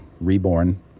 reborn